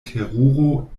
teruro